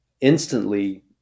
instantly